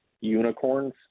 unicorns